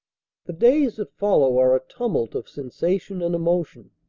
the days that follow are a tumult of sensation and emotion.